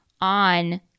on